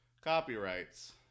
Copyrights